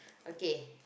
okay